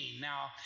now